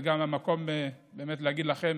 זה גם המקום להגיד לכם